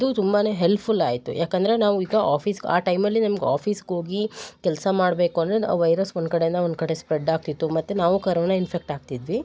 ಇದು ತುಂಬಾ ಹೆಲ್ಫುಲ್ ಆಯಿತು ಏಕಂದ್ರೆ ನಾವು ಈಗ ಆಫೀಸ್ಗೆ ಆ ಟೈಮಲ್ಲಿ ನಮ್ಗೆ ಆಫೀಸ್ಗೋಗಿ ಕೆಲಸ ಮಾಡಬೇಕು ಅಂದರೆ ಆ ವೈರಸ್ ಒಂದು ಕಡೆಯಿಂದ ಒಂದು ಕಡೆ ಸ್ಪ್ರೆಡ್ಡಾಗ್ತಿತ್ತು ಮತ್ತು ನಾವು ಕರೋನಾ ಇನ್ಫೆಕ್ಟ್ ಆಗ್ತಿದ್ವಿ